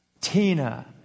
Tina